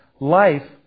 life